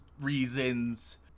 reasons